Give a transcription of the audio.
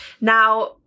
now